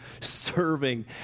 serving